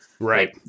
Right